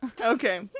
Okay